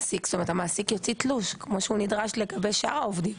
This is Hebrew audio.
המעסיק יוציא תלוש כמו שהוא נדרש לגבי שאר העובדים.